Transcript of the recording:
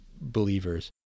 believers